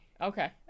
Okay